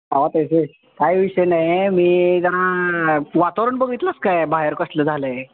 हा तसा काही विषय नाही मी जरा वातावरण बघितलंस काय बाहेर कसलं झालं आहे